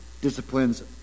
disciplines